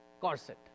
corset